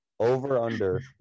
Over-under